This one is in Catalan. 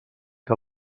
que